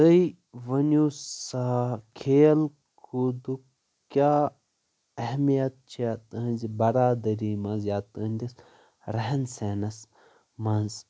تُہۍ ؤنِو سا کھیل کوٗدُک کیاہ اہمیت چھےٚ تٕہنٛزِ برادٔری منٛز یا تُہندس ریٚہن سیٚہنس منٛز